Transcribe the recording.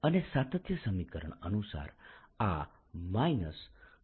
અને સાતત્ય સમીકરણ અનુસાર આ